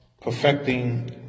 Perfecting